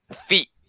feet